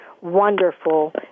wonderful